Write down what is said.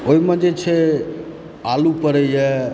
ओहिमे जे छै आलू पड़ैए